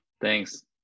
thanks